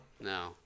no